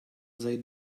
they